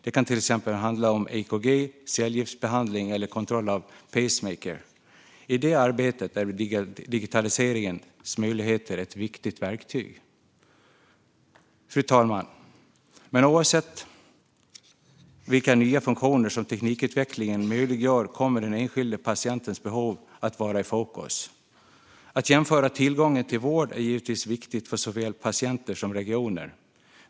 Det kan till exempel handla om EKG, cellgiftsbehandling eller kontroll av pacemaker. I det arbetet är digitaliseringens möjligheter ett viktigt verktyg. Men, fru talman, oavsett vilka nya funktioner som teknikutvecklingen möjliggör kommer den enskilda patientens behov att vara i fokus. Att jämföra tillgången till vård är givetvis viktigt för såväl patienter som regioner.